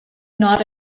not